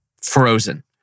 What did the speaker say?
frozen